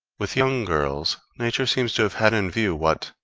with young girls nature seems to have had in view what,